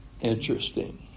interesting